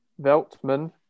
Veltman